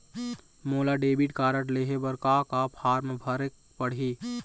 मोला debit card लेहे बर का का फार्म भरेक पड़ही?